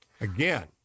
Again